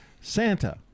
Santa